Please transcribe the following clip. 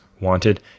wanted